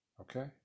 Okay